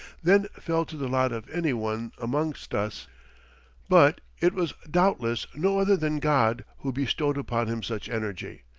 than fell to the lot of any one amongst us but it was doubtless no other than god, who bestowed upon him such energy,